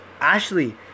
Ashley